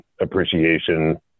appreciation